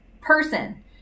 person